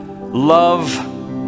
love